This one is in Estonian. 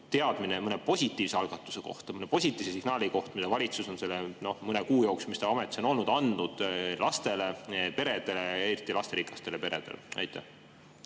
teadmine mõne positiivse algatuse kohta, mõne positiivse signaali kohta, mille valitsus on selle mõne kuu jooksul, mis ta ametis on olnud, andnud lastele, peredele ja eriti lasterikastele peredele?